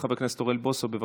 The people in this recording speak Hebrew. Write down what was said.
חבר הכנסת אוריאל בוסו, בבקשה.